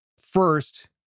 First